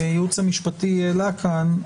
המשפטי העלה כאן,